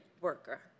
worker